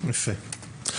יפה.